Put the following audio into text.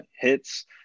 hits